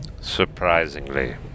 Surprisingly